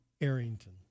Arrington